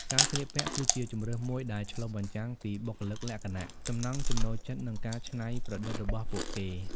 ការស្លៀកពាក់គឺជាជម្រើសមួយដែលឆ្លុះបញ្ចាំងពីបុគ្គលិកលក្ខណៈ ចំណង់ចំណូលចិត្ត និងការច្នៃប្រឌិតរបស់ពួកគេ។